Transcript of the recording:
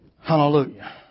Hallelujah